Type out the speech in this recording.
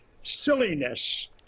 silliness